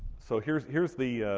so here's here's the